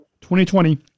2020